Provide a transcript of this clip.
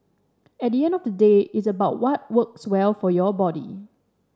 at the end of the day it's about what works well for your body